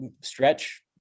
stretch